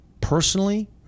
personally